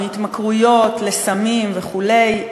מהתמכרויות לסמים וכדומה,